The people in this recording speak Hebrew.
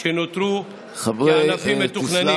שנותרו ענפים מתוכננים.